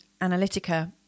Analytica